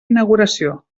inauguració